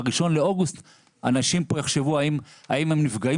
שב-1 באוגוסט אנשים פה יחשבו האם הם נפגעים